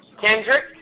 Kendrick